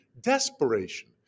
desperation